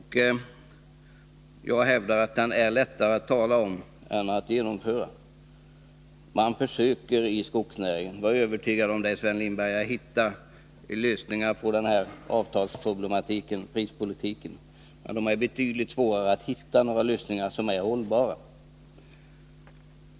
Jag hävdar att detta är lättare att tala om än att genomföra. Man försöker i skogsnäringen att hitta lösningar på avtalsproblematiken och prispolitiken — var övertygad om det, Sven Lindberg. Men det är betydligt svårare att hitta några lösningar som är hållbara.